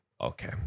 Okay